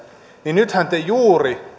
niin nythän te juuri